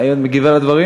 האם את מגיבה על הדברים?